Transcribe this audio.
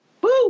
Woo